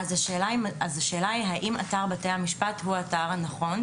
אז השאלה היא אם אתר בתי-המשפט הוא האתר הנכון,